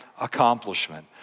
accomplishment